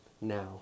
now